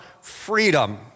freedom